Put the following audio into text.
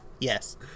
Yes